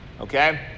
okay